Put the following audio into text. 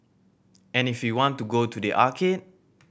and if you want to go to the arcade